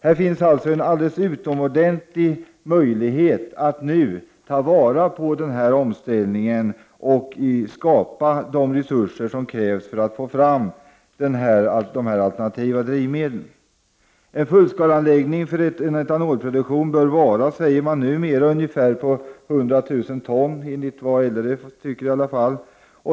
Här finns alltså en alldeles utomordentlig möjlighet att nu ta vara på omställningen och skapa de resurser som krävs för att få fram alternativa drivmedel. En fullskaleanläggning för produktion av etanol bör vara, sägs det, på ungefär 100 000 ton enligt vad LRF tycker i alla fall.